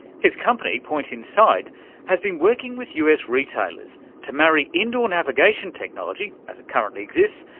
his company point inside has been working with us retailers to marry indoor navigation technology, as it currently exists,